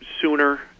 sooner